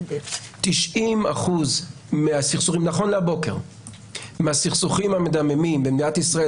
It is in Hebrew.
90% מהסכסוכים המדממים במדינת ישראל